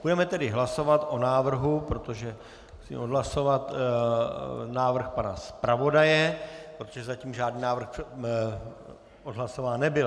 Budeme tedy hlasovat o návrhu hlasovat návrh pana zpravodaje, protože zatím žádný návrh odhlasován nebyl.